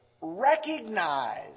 recognize